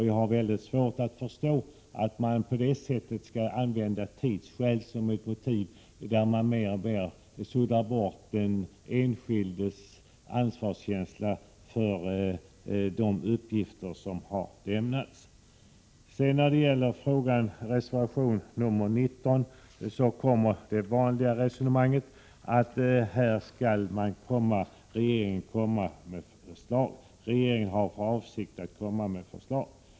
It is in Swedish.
Jag har mycket svårt att förstå att man på detta sätt skall använda tidsskäl som ett motiv och mer och mer sudda bort den enskildes ansvarskänsla när det gäller de uppgifter som har lämnats. När det gäller reservation 19 för Olle Westberg det vanliga resonemanget, nämligen att regeringen har för avsikt att lägga fram förslag.